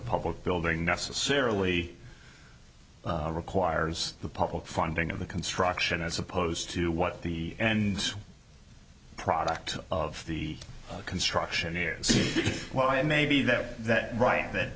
public building necessarily requires the public funding of the construction as opposed to what the end product of the construction is why it may be that that right th